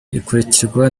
ikurikirwa